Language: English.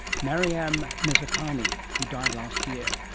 maryam mirzakhani, who died last year.